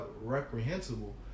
reprehensible